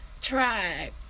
try